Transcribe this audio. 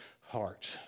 heart